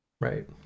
right